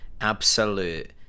absolute